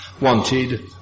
wanted